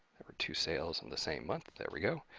there are two sales in the same month, there we go.